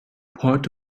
port